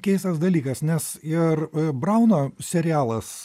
keistas dalykas nes ir brauno serialas